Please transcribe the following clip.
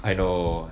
I know